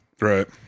Right